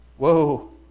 Whoa